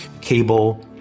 cable